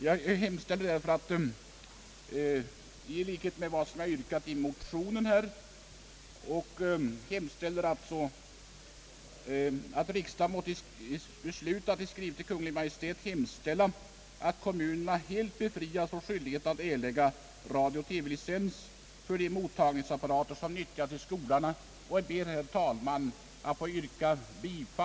Jag ber alltså, herr talman, att i överensstämmelse med motionens förslag få yrka, att riksdagen måtte besluta att i skrivelse till Kungl. Maj:t hemställa att kommunerna helt befrias från skyldighet att erlägga radio/TV-licens för de mottagningsapparater, som nyttjas i skolorna.